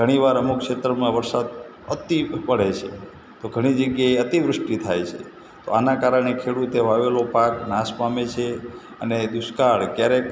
ઘણી વાર અમુક ક્ષેત્રોમાં વરસાદ અતિ પડે છે તો ઘણી જગ્યાએ અતિવૃષ્ટિ થાય છે તો આના કારણે ખેડૂતે વાવેલો પાક નાશ પામે છે અને દુષ્કાળ ક્યારેક